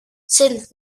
sint